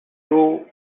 two